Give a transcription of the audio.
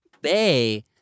Bay